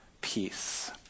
peace